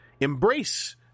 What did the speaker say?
embrace